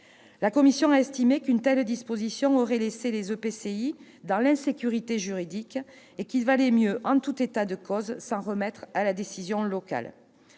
La commission a estimé qu'une telle disposition aurait laissé les EPCI à fiscalité propre dans l'insécurité juridique et qu'il valait mieux, en tout état de cause, s'en remettre à la décision locale.